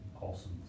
awesome